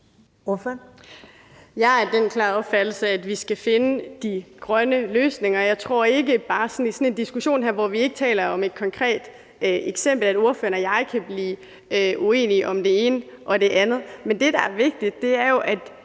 Jeg er af den klare opfattelse, at vi skal finde de grønne løsninger. Jeg tror bare ikke i sådan en diskussion her, hvor vi ikke taler om et konkret eksempel, at ordføreren og jeg kan blive uenige om det ene og det andet. Men det, der er vigtigt, er jo, at